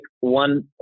one